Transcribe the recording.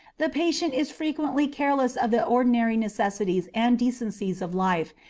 the patient is frequently careless of the ordinary necessities and decencies of life,